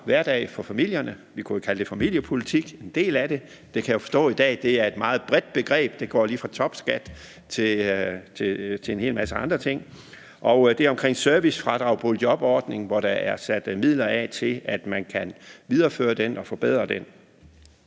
hverdag for familierne. Vi kunne jo kalde en del af det familiepolitik. Det kan jeg jo forstå i dag er et meget bredt begreb. Det går lige fra topskat til en hel masse andre ting. Så er der det om servicefradrag på en jobordning; der er sat midler af til, at man kan videreføre og forbedre den.